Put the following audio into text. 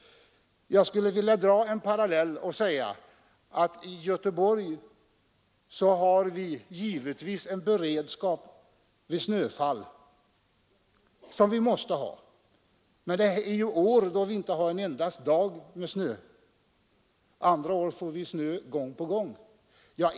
Jag skulle vilja dra en parallell och säga att i Göteborg finns givetvis en beredskap vid snöfall; det måste man ha. Vissa år har vi inte haft snö en enda dag. Andra år får vi snö gång på gång.